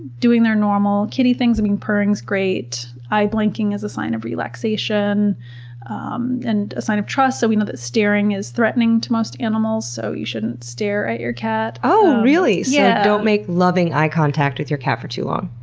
doing their normal kitty things. purring is great, eye blinking is a sign of relaxation and a sign of trust. so we know that staring is threatening to most animals, so you shouldn't stare at your cat. oh really? so, yeah don't make loving eye contact with your cat for too long.